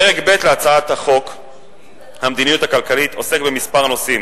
פרק ב' בהצעת חוק המדיניות הכלכלית עוסק בכמה נושאים